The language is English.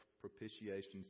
propitiation